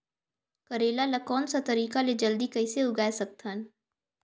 करेला ला कोन सा तरीका ले जल्दी कइसे उगाय सकथन?